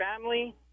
family